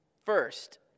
First